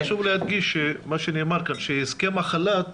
חשוב להדגיש מה שנאמר כאן, שהסכם החל"ת